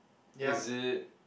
is it